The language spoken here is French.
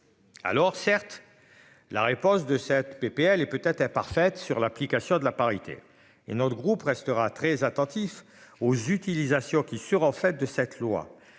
Alors certes. La réponse de cette PPL et peut-être parfaite sur l'application de la parité et notre groupe restera très attentif aux utilisations qui sur en fait de cette loi